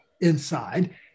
inside